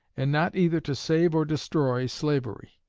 and not either to save or destroy slavery.